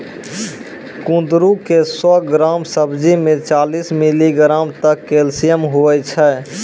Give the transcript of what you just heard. कुंदरू के सौ ग्राम सब्जी मे चालीस मिलीग्राम तक कैल्शियम हुवै छै